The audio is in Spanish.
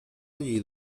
allí